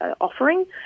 offering